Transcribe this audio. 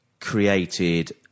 created